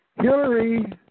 Hillary